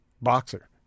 Boxer